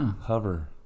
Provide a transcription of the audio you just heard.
Hover